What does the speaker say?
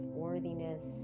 worthiness